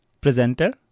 presenter